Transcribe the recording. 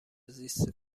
زیست